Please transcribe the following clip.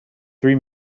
three